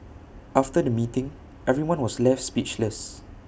after the meeting everyone was left speechless